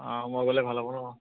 অঁ মই গ'লে ভাল হ'ব ন